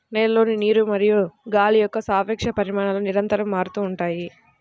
నేలలోని నీరు మరియు గాలి యొక్క సాపేక్ష పరిమాణాలు నిరంతరం మారుతూ ఉంటాయి